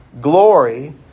Glory